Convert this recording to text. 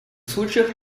случаях